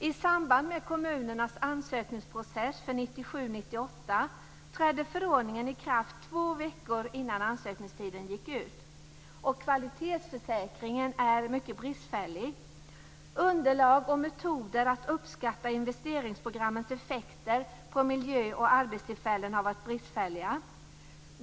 I samband med kommunernas ansökningsprocess för 1997-1998 trädde förordningen i kraft två veckor innan ansökningstiden gick ut. Kvalitetssäkringen är mycket bristfällig. Underlag och metoder att uppskatta investeringsprogrammens effekter på miljö och arbetstillfällen har varit bristfälliga.